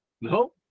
No